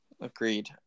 agreed